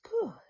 good